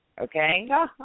okay